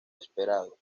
esperado